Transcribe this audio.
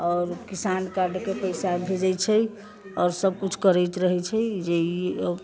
आओर किसान कार्डके पैसा भेजै छै आओर सभकिछु करैत रहै छै जे ई आब